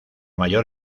mayor